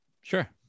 Sure